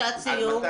מה שעת הסיום?